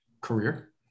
career